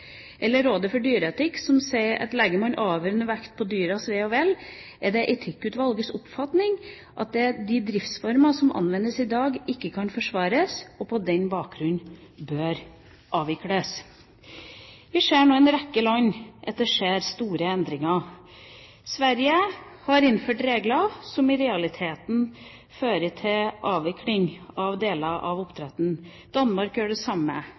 Rådet for dyreetikk sier: «Legger man avgjørende vekt på dyras ve og vel, er det etikkutvalgets oppfatning at de driftsformer som anvendes i dag, ikke kan forsvares. På denne bakgrunn bør de derfor avvikles.» Vi ser nå i en rekke land at det skjer store endringer. Sverige har innført regler som i realiteten fører til avvikling av deler av oppdrettet. Danmark gjør det samme.